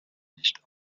nicht